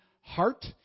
heart